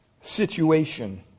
situation